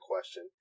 question